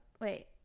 wait